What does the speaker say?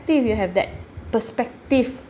~tive you have that perspective